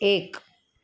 એક